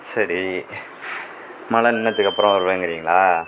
சரி மழை நின்றதுக்கு அப்புறம் வருவேங்கிறீங்களா